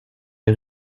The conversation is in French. est